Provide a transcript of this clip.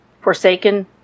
Forsaken